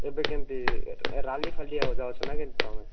ଏବେ କେମତି ରାଲି ଫାଲି ଆଉ ଯାଉଛ ନାଁ କେମତି ତୁମେ